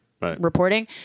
reporting